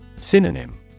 Synonym